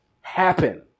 happen